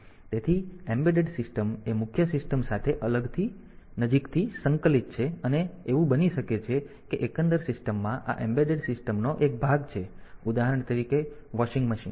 તેથી embedded system એ મુખ્ય સિસ્ટમ સાથે નજીકથી સંકલિત છે અને એવું બની શકે છે કે એકંદર સિસ્ટમમાં આ એમ્બેડેડ સિસ્ટમ નો એક ભાગ છે ઉદાહરણ તરીકે વૉશિંગ મશીન